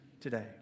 today